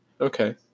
okay